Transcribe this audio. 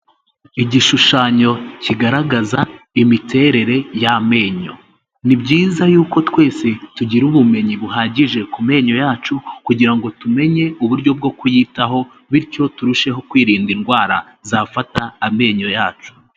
Igishushanyo kigaragaza imiterere y'amenyo. Ni byiza yuko twese tugira ubumenyi buhagije ku menyo yacu, kugira ngo tumenye uburyo bwo kuyitaho bityo turusheho kwirinda indwara zafata amenyo yacu.